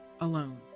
alone